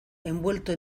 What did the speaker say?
envuelto